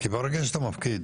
ברגע שאתה מפקיד